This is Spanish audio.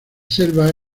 selva